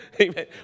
Amen